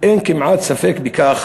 אין כמעט ספק בכך